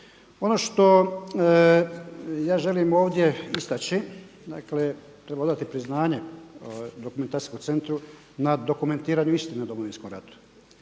Ono što ja želim ovdje istači, dakle treba odati priznanje dokumentacijskom centru na dokumentiranju istine o Domovinskom ratu.